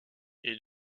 est